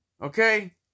okay